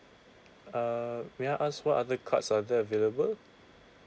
err may I ask what other cards are there available